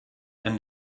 and